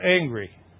angry